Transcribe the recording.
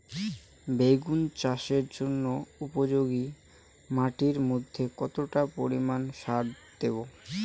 বেগুন চাষের জন্য উপযোগী মাটির মধ্যে কতটা পরিমান সার দেব?